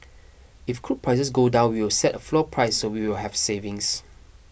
if crude prices go down we will set a floor price so we will have savings